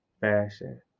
fashion